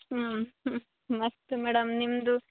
ಹ್ಞೂ ಹ್ಞೂ ಮಸ್ತ್ ಮೇಡಮ್ ನಿಮ್ಮದು